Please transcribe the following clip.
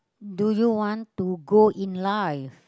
do you want to go in life